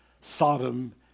Sodom